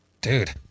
dude